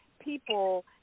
people